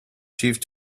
achieved